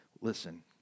Listen